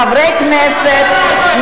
חברי כנסת,